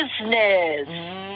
business